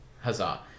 Huzzah